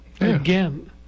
again